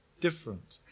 different